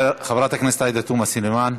חברת הכנסת עאידה תומא סלימאן,